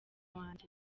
wanje